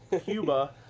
Cuba